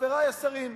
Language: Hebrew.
השרים,